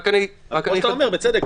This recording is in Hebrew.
אתה אומר בצדק,